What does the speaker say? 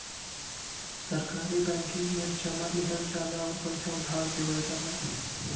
सहकारी बैंकिंग में जमा लिहल जाला आउर पइसा उधार देवल जाला